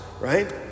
right